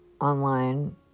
online